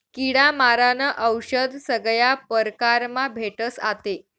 किडा मारानं औशद सगया परकारमा भेटस आते